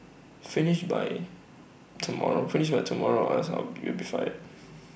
finish by tomorrow finish by tomorrow or else you'll be fired